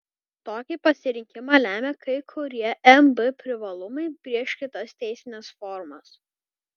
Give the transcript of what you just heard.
tokį pasirinkimą lemia kai kurie mb privalumai prieš kitas teisines formas